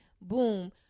boom